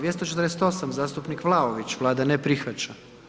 248. zastupnik Vlaović, Vlada ne prihvaća.